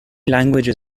languages